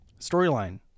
Storyline